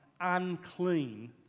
unclean